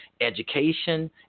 education